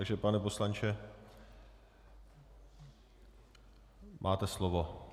Takže pane poslanče, máte slovo.